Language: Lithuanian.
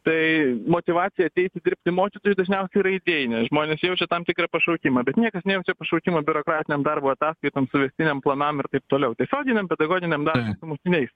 tai motyvacija ateiti dirbti mokytoju dažniausiai yra idėjinė žmonės jaučia tam tikrą pašaukimą bet niekas nejaučia pašaukimo biurokratinėm darbo ataskaitom suvestinėm planam ir taip toliau tiesioginiam pedagoginiam darbui su mokiniais